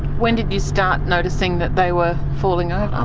when did you start noticing that they were falling um ah